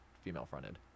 female-fronted